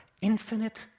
infinite